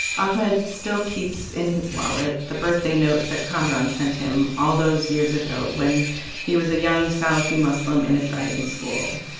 ahmed still keeps in his wallet the birthday note that kamaran sent him all those years ago when he was a young salafi muslim in a driving school,